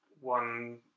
one